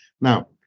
Now